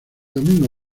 domingo